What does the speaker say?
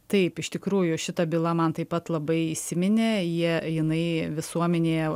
taip iš tikrųjų šita byla man taip pat labai įsiminė jie jinai visuomenėje